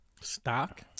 Stock